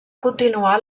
continuar